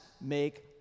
make